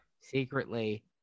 secretly